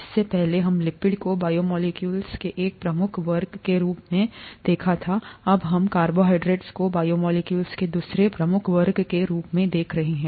इससे पहले हमने लिपिड को बायोमोलेक्यूल्स के एक प्रमुख वर्ग के रूप में देखा था अब हम कार्बोहाइड्रेट को बायोमोलेक्यूल्स के दूसरे प्रमुख वर्ग के रूप में देख रहे हैं